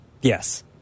Yes